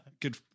good